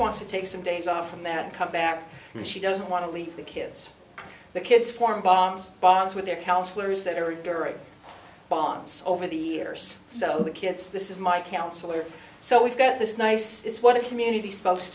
wants to take some days off from them come back and she doesn't want to leave the kids the kids form bonds bonds with their counselors that they were during bonds over the years so the kids this is my counselor so we've got this nice is what a community supposed